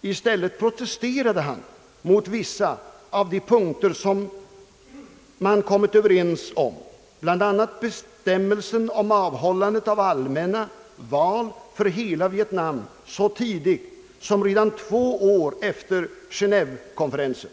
I stället protesterade han mot vissa av de punkter som man kommit överens om, bl.a. bestämmelsen om avhållandet av allmänna val för hela Vietnam så tidigt som redan två år efter Genévekonferensen.